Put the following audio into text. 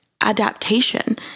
adaptation